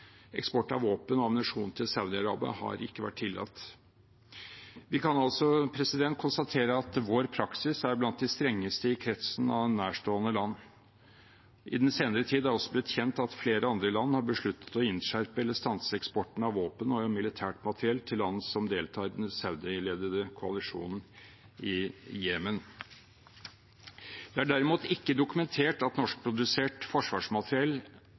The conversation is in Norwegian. og ammunisjon til Saudi-Arabia har ikke vært tillatt. Vi kan altså konstatere at vår praksis er blant de strengeste i kretsen av nærstående land. I den senere tid har det også blitt kjent at flere andre land har besluttet å innskjerpe eller stanse eksporten av våpen og militært materiell til land som deltar i den Saudi-ledede koalisjonen i Jemen. Det er derimot ikke dokumentert at norskprodusert forsvarsmateriell